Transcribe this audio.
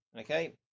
Okay